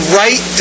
right